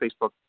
Facebook